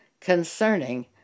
concerning